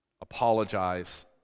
apologize